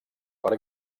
per